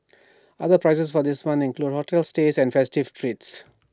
other prizes for this month include hotel stays and festive treats